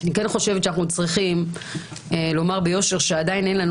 חושבת שאנחנו צריכים לומר ביושר שעדיין אין לנו